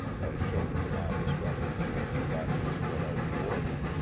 as shown in the office records which the latter had spread out before him.